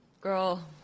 girl